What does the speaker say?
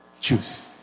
Choose